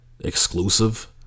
exclusive